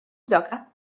gioca